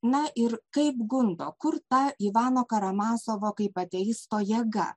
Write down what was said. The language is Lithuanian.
na ir kaip gundo kur ta ivano karamazovo kaip ateisto jėga